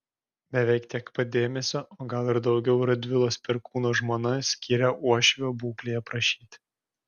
beveik tiek pat dėmesio o gal ir daugiau radvilos perkūno žmona skyrė uošvio būklei aprašyti